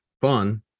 fun